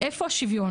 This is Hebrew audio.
איפה שוויון